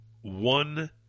One